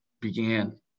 began